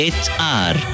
hr